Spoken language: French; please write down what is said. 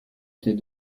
était